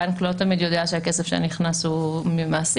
הבנק לא תמיד יודע שהכסף שנכנס הוא ממעסיק,